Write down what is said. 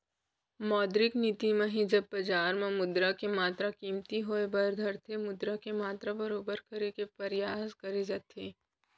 मौद्रिक नीति म ही जब बजार म मुद्रा के मातरा कमती होय बर धरथे मुद्रा के मातरा बरोबर करे के परयास करे जाथे